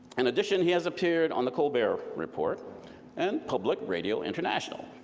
and addition, he has appeared on the colbert report and public radio international.